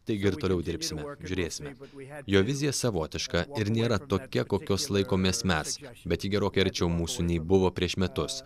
taigi ir toliau dirbsime žiūrėsime jo vizija savotiška ir nėra tokia kokios laikomės mes ją bet gerokai arčiau mūsų nei buvo prieš metus